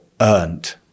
earned